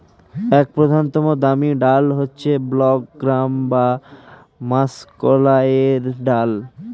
এক প্রধানতম দামি ডাল হচ্ছে ব্ল্যাক গ্রাম বা মাষকলাইয়ের ডাল